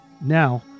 Now